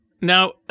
Now